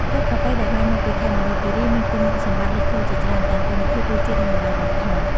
គ្រាប់កាហ្វេដែលបានមកពីខេត្តមណ្ឌលគិរីមានគុណសម្បត្តិលេចធ្លោជាច្រើន ទាំងគុណភាព រសជាតិ និងតម្លៃវប្បធម៌។